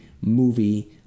movie